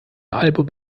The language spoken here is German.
album